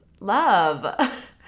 love